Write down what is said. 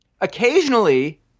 Occasionally